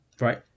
Right